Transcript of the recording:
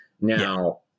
now